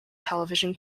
television